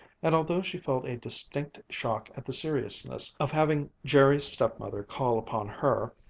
and although she felt a distinct shock at the seriousness of having jerry's stepmother call upon her,